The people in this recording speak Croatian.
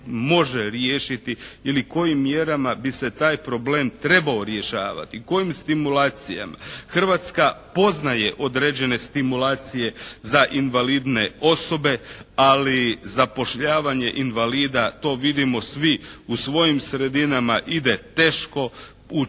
može riješiti ili kojim mjerama bi se taj problem trebao rješavati? Kojim stimulacijama? Hrvatska poznaje određene stimulacije za invalidne osobe ali, zapošljavanje invalida, to vidimo svi u svojim sredinama ide teško, često